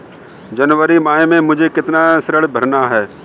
जनवरी माह में मुझे कितना ऋण भरना है?